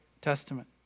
Testament